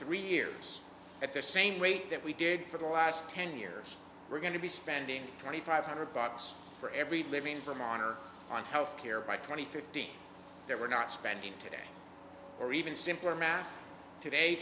three years at the same rate that we did for the last ten years we're going to be spending twenty five hundred bucks for every living for minor on health care by twenty fifteen that we're not spending today or even simpler math today